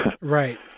Right